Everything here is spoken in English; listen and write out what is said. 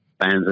fans